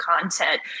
content